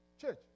church